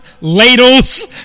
ladles